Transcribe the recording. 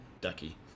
ducky